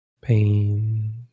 pain